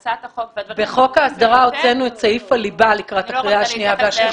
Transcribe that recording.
בחוק ההסדרה הוצאנו את סעיף הליבה לקראת הקריאה השנייה והשלישית.